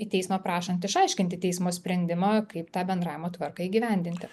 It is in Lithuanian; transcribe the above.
į teismą prašant išaiškinti teismo sprendimą kaip tą bendravimo tvarką įgyvendinti